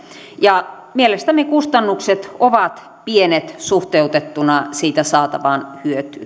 ja mielestämme kustannukset ovat pienet suhteutettuina siitä saatavaan hyötyyn